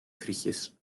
frietjes